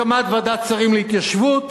הקמת ועדת שרים להתיישבות